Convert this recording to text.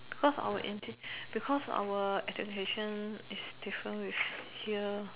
because our interest because our education is different with here